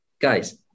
Guys